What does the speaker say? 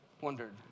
wondered